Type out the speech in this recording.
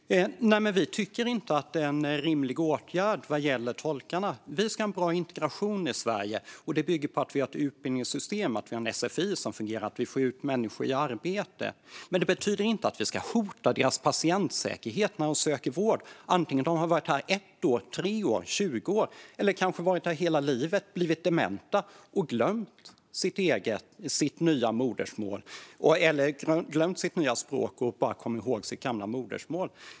Herr talman! Centerpartiet tycker inte att detta med tolkarna är en rimlig åtgärd. Vi ska ha en bra integration i Sverige. Det bygger på att vi har ett utbildningssystem och sfi som fungerar och får ut människor i arbete. Det betyder inte att vi ska hota deras patientsäkerhet när de söker vård, oavsett om de har varit här i 1, 3 eller 20 år. De kanske har varit här hela livet men har blivit dementa och glömt sitt nya språk och kommer bara ihåg sitt gamla modersmål.